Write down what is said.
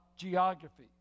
geography